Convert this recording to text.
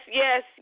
yes